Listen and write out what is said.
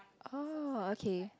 oh okay